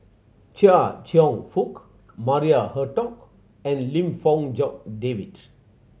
Chia Cheong Fook Maria Hertogh and Lim Fong Jock David